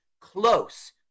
close